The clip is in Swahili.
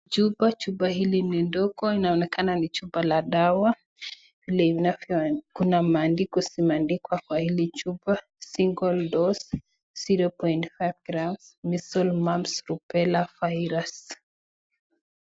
Chupa chupa hili ni ndogo, inaonekana ni chupa la dawa. Vile inavyo kuna maandiko zimeandikwa kwa hili chupa single dose 0.5 grams measles mumps, rubella virus .